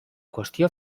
qüestió